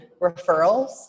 referrals